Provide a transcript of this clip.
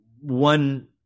One